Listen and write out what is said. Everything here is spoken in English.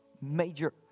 major